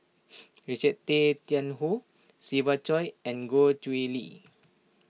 Richard Tay Tian Hoe Siva Choy and Goh Chiew Lye